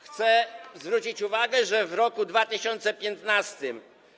Chcę zwrócić uwagę, że w roku 2015.